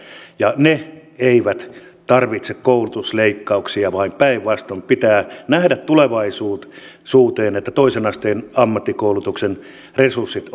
ja he eivät tarvitse koulutusleikkauksia vaan päinvastoin pitää nähdä tulevaisuuteen jotta toisen asteen ammattikoulutuksen resurssit